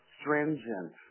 stringent